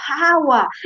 power